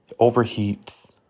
overheats